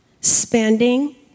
Spending